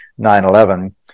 9-11